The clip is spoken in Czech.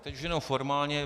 Teď už jenom formálně.